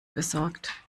besorgt